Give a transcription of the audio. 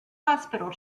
hospital